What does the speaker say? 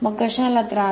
मग कशाला त्रास